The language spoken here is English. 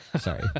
sorry